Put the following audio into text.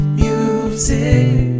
music